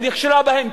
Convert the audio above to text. היא נכשלה בהן,